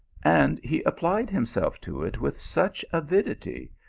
and he applied himself to it with such avidity,